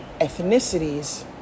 ethnicities